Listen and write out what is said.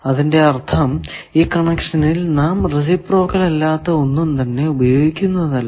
അതിന്റെ അർഥം ഈ കണക്ഷനിൽ നാം റേസിപ്രോക്കൽ അല്ലാത്ത ഒന്നും തന്നെ ഉപയോഗിക്കുന്നതല്ല